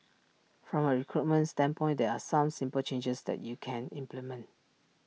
from A recruitment standpoint there are some simple changes that you can implement